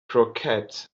croquettes